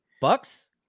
Bucks